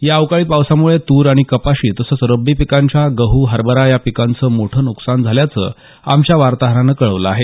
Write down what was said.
या अवकाळी पावसामुळे तूर आणि कपाशी तसंच रब्बी पिकांच्या गहू हरभरा या पिकांचं मोठं नुकसान झाल्याचं आमच्या वार्ताहरानं कळवलं आहे